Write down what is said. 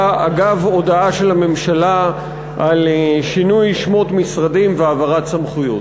אגב הודעה של הממשלה על שינוי שמות משרדים והעברת סמכויות.